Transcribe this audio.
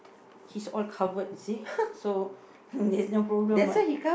he's all covered you see so there's no problem what